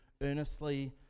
earnestly